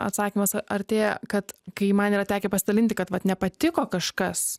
atsakymas artėja kad kai man yra tekę pasidalinti kad vat nepatiko kažkas